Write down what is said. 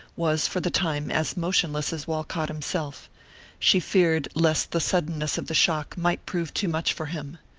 was for the time as motionless as walcott himself she feared lest the suddenness of the shock might prove too much for him.